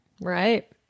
Right